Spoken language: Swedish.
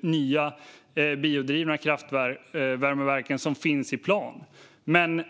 nya biodrivna kraftverk som finns i planen.